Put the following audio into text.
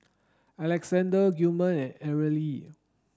Alexander Gilmer and Arely